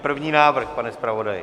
První návrh, pane zpravodaji.